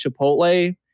Chipotle